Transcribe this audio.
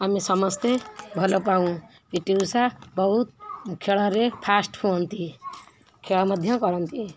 ଆମେ ସମସ୍ତେ ଭଲ ପାଉ ପି ଟି ଉଷା ବହୁତ ଖେଳରେ ଫାଷ୍ଟ ହୁଅନ୍ତି ଖେଳ ମଧ୍ୟ କରନ୍ତି